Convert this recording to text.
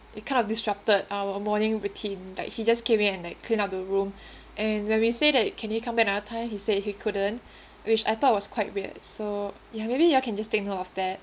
it kind of disrupted our morning routine like he just came in and like cleaned up the room and when we say that can he come back another time he said he couldn't which I thought was quite weird so ya maybe you all can just take note of that